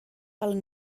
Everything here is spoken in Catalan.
pel